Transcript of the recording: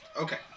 Okay